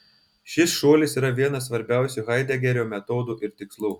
šis šuolis yra vienas svarbiausių haidegerio metodų ir tikslų